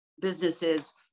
businesses